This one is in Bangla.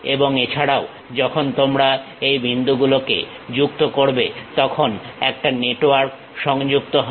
এবং এছাড়াও যখন তোমরা এই বিন্দুগুলোকে যুক্ত করবে তখন একটা নেটওয়ার্ক সংযুক্ত হবে